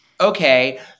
okay